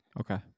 Okay